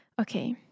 Okay